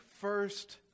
first